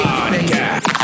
Podcast